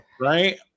Right